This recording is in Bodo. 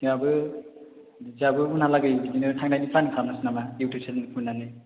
जोंहाबो उनावलागै बिदिनो थांनायनि प्लेन खालामनोसै नामा इउटुब चेनेल खुलिनानै